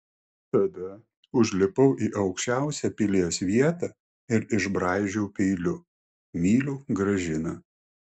tada užlipau į aukščiausią pilies vietą ir išbraižiau peiliu myliu gražiną